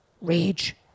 rage